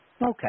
Okay